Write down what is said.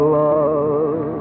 love